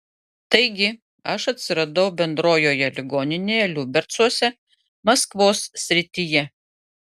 taigi aš atsiradau bendrojoje ligoninėje liubercuose maskvos srityje